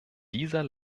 dieser